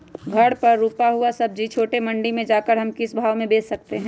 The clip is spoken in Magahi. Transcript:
घर पर रूपा हुआ सब्जी छोटे मंडी में जाकर हम किस भाव में भेज सकते हैं?